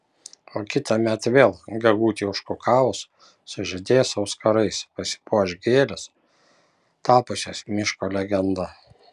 o kitąmet vėl gegutei užkukavus sužydės auskarais pasipuoš gėlės tapusios miško legenda